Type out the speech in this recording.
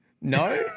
No